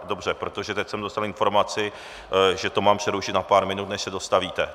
Dobře, protože teď jsem dostal informaci, že to mám přerušit na pár minut, než se dostavíte.